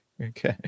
Okay